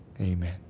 Amen